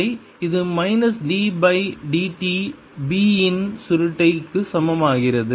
இது minus d by dt B இன் சுருட்டை க்கு சமமாகிறது